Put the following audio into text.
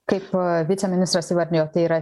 kaip viceministras įvardijo tai yra